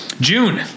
June